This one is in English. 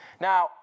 Now